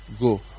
go